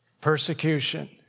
Persecution